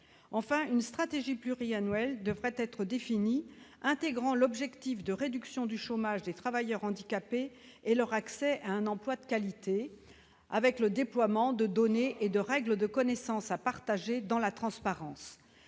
Enfin, une stratégie pluriannuelle devrait être définie, intégrant l'objectif de réduction du chômage des travailleurs handicapés et d'accès de ceux-ci à un emploi de qualité, avec le déploiement de données et de règles de connaissance à partager dans la transparence.